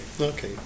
Okay